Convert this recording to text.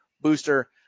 booster